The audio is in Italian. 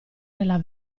nella